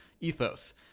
ethos